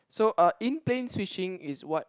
so uh in plain switching is what